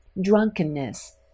drunkenness